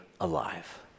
alive